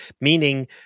meaning